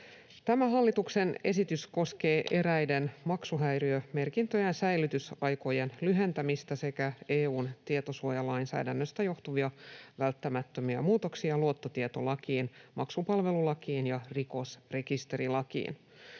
Hallituksen esitys koskee eräiden maksuhäiriömerkintöjen säilytysaikojen lyhentämistä sekä EU:n tietosuojalainsäädännöstä johtuvia välttämättömiä muutoksia luottotietolakiin, maksupalvelulakiin ja rikosrekisterilakiin.